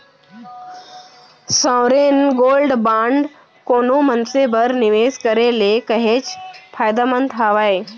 sovereign gold bond कोनो मनसे बर निवेस करे ले काहेच फायदामंद हावय